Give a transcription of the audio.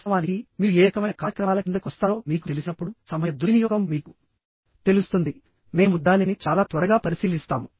వాస్తవానికి మీరు ఏ రకమైన కాలక్రమాల కిందకు వస్తారో మీకు తెలిసినప్పుడు సమయ దుర్వినియోగం మీకు తెలుస్తుంది మేము దానిని చాలా త్వరగా పరిశీలిస్తాము